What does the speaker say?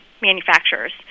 manufacturers